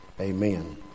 Amen